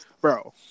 Bro